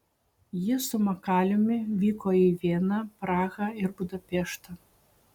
ji su makaliumi vyko į vieną prahą ir budapeštą